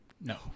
no